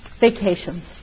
Vacations